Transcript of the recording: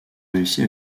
réussi